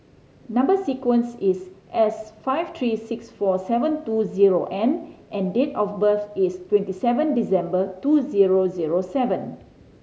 number sequence is S five three six four seven two zero N and date of birth is twenty seven December two zero zero seven